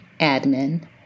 admin